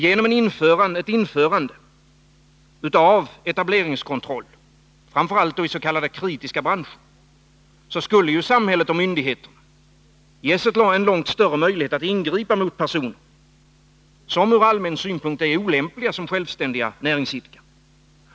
Genom ett införande av etableringskontroll, framför allt då i s.k. kritiska branscher, skulle ju samhället och myndigheterna ges en långt större möjlighet att ingripa mot personer som ur allmän synpunkt är olämpliga som självständiga näringsidkare.